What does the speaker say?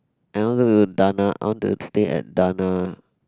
I want to go to Dana I want to stay at Dana